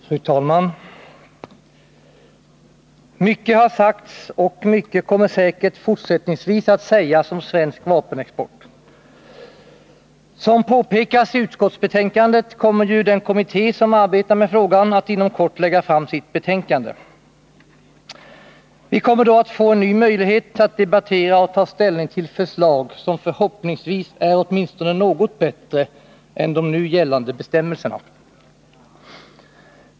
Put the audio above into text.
Fru talman! Mycket har sagts och mycket kommer säkert fortsättningsvis att sägas om svensk vapenexport. Som påpekas i utskottsbetänkandet kommer den kommitté som arbetat med frågan att inom kort lägga fram sitt betänkande. Vi kommer då att få en ny möjlighet att debattera och ta ställning till förslag som förhoppningsvis är åtminstone något bättre än de nu gällande bestämmelserna.